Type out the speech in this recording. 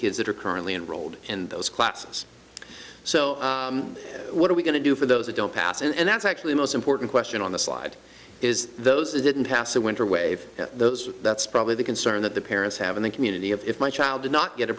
kids that are currently enrolled in those classes so what are we going to do for those that don't pass and that's actually most important question on the slide is those who didn't pass the winter wave those that's probably the concern that the parents have in the community if my child did not get a